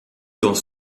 dans